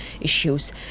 issues